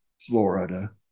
Florida